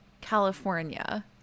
california